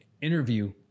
interview